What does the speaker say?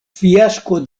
fiasko